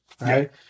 right